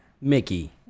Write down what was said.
Mickey